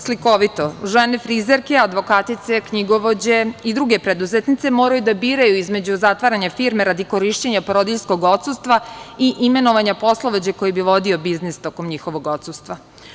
Slikovito, žene frizerke, advokatice, knjigovođe i druge preduzetnice moraju da biraju između zatvaranja firme radi korišćenje porodiljskog odsustva i imenovanja poslovođa koji bi vodio biznis tokom njihovog odsustva.